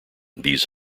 these